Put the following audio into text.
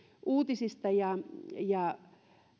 uutisista ja ja